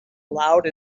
loud